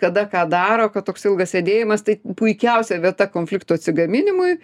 kada ką daro kad toks ilgas sėdėjimas tai puikiausia vieta konfliktų atsigaminimui